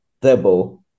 double